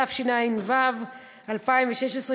התשע"ו 2016,